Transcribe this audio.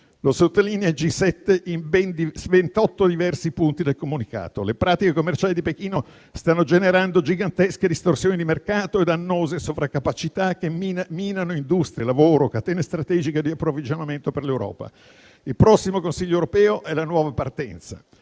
Lo sottolinea il G7 in ben 28 diversi punti del comunicato. Le pratiche commerciali di Pechino stanno generando gigantesche distorsioni di mercato e dannose sovracapacità che minano industrie, lavoro, catene strategiche di approvvigionamento per l'Europa. Il prossimo Consiglio europeo è la nuova partenza